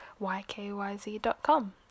YKYZ.com